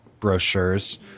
Brochures